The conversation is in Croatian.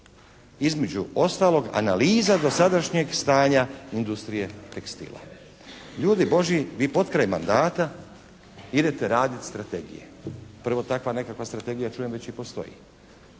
Između ostalog analiza dosadašnjeg stanja industrije tekstila. Ljudi Božji vi potkraj mandata idete raditi strategije. Prvo, takva nekakva strategija čujem već i postoji.